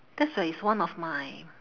that's where is one of my